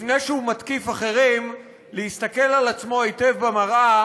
לפני שהוא מתקיף אחרים, להסתכל על עצמו היטב במראה